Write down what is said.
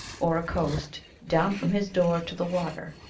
or a coast, down from his door to the water,